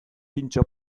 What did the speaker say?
pintxo